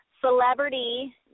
celebrity